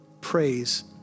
praise